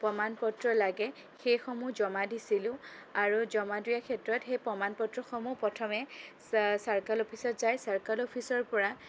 প্ৰমাণ পত্ৰ লাগে সেইসমূহ জমা দিছিলোঁ আৰু জমা দিয়াৰ ক্ষেত্ৰত সেই প্ৰমাণ পত্ৰসমূহ প্ৰথমে চাৰ্কল অফিচত যায় চাৰ্কল অফিচৰ পৰা